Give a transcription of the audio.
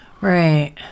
Right